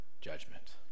judgment